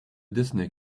disney